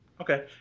Okay